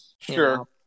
Sure